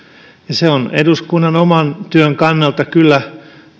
se on eduskunnan oman työn kannalta kyllä